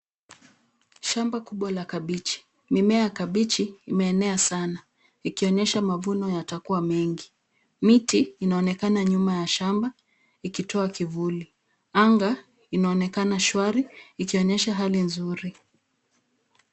Shamba kubwa la kabichi. Mimea ya kabichi imeenea sana, ikionyesha mavuno yatakuwa mengi. Miti inaonekana nyuma ya shamba ikitoa kivuli. Anga inaonekana shwari ikionyesha hali nzuri.